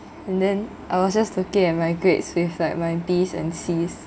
and then I was just looking at my grades with like my Bs and Cs